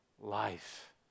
life